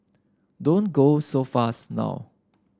don't go so fast now